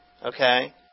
Okay